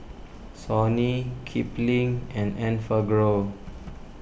Sony Kipling and Enfagrow